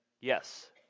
yes